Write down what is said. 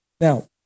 Now